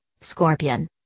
Scorpion